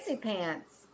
Pants